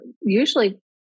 usually